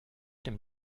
dem